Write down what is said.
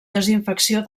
desinfecció